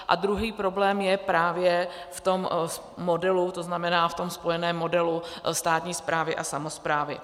A druhý problém je právě v tom modelu, to znamená v tom spojeném modelu státní správy a samosprávy.